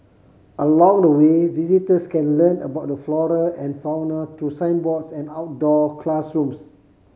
along the way visitors can learn about the flora and fauna through signboards and outdoor classrooms